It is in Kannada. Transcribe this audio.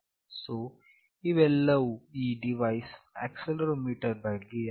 ಸೋ ಇವೆಲ್ಲವೂ ಈ ಡಿವೈಸ್ ಆಕ್ಸೆಲೆರೋಮೀಟರ್ ನ ಬಗ್ಗೆ ಆಗಿದೆ